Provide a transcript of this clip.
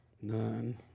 None